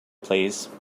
please